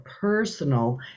Personal